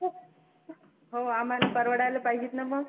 हो आम्हाला परवडायला पाहिजेत ना मग